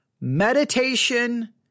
Meditation